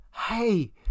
Hey